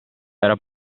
era